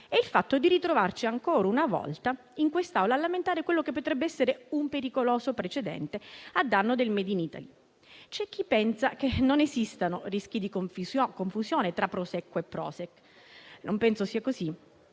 è il fatto di ritrovarci ancora una volta in quest'Aula a lamentare ciò che potrebbe essere un pericoloso precedente a danno del *made in Italy*. C'è chi pensa che non esistano rischi di confusione tra Prosecco e *Prošek*. Non penso sia così.